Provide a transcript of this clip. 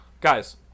Guys